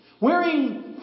Wearing